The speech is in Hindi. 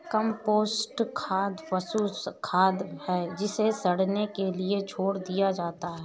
कम्पोस्ट खाद पशु खाद है जिसे सड़ने के लिए छोड़ दिया जाता है